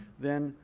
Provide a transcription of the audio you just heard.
then,